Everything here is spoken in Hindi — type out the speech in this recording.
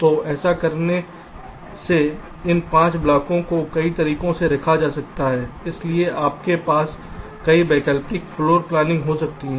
तो ऐसा करने से इन 5 ब्लॉकों को कई तरीकों से रखा जा सकता है इसलिए आपके पास कई वैकल्पिक फ्लोर प्लान हो सकती हैं